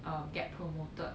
uh get promoted